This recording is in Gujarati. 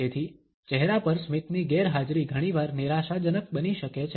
તેથી ચહેરા પર સ્મિતની ગેરહાજરી ઘણીવાર નિરાશાજનક બની શકે છે